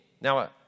now